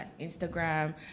Instagram